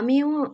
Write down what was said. আমিও